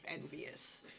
envious